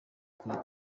kuri